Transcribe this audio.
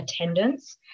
attendance